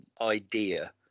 idea